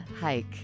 hike